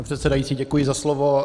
Pane předsedající, děkuji za slovo.